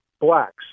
blacks